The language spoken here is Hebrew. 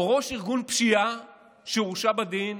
או ראש ארגון פשיעה שהורשע בדין,